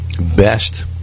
best